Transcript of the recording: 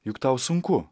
juk tau sunku